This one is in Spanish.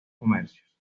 comercios